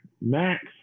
Max